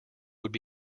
would